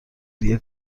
دیگه